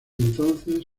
entonces